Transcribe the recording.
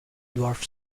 dwarf